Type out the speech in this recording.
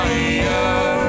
Fire